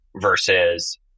versus